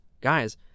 ...guys